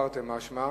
תרתי משמע,